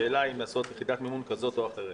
בהחלטה אם לעשות יחידת מימון כזאת או אחרת.